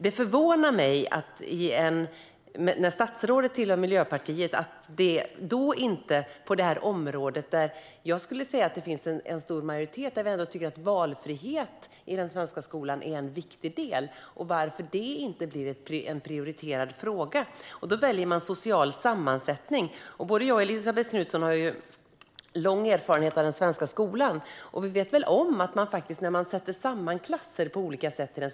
Det förvånar mig att detta område inte lyfts fram mer eftersom statsrådet tillhör Miljöpartiet, och jag skulle säga att det finns en stor majoritet för att valfrihet i den svenska skolan är en viktig del. Varför blir det då inte en prioriterad fråga? Man väljer i stället social sammansättning. Både Elisabet Knutsson och jag har lång erfarenhet av den svenska skolan. Vi vet om hur det går till när man sätter samman klasser på olika sätt.